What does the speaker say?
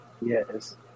Yes